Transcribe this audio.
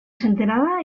senterada